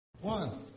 One